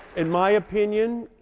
in my opinion,